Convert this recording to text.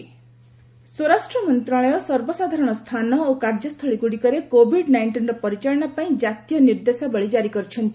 home ministry ସ୍ୱରାଷ୍ଟ୍ର ମନ୍ତ୍ରଣାଳୟ ସର୍ବସାଧାରଣ ସ୍ଥାନ ଓ କାର୍ଯ୍ୟସ୍ଥଳୀଗୁଡ଼ିକରେ କୋଭିଡ୍ ନାଇଂଟିନ୍ର ପରିଚାଳନା ପାଇଁ କାତୀୟ ନିର୍ଦ୍ଦେଶାବଳୀ ଜାରି କରିଛନ୍ତି